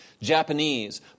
Japanese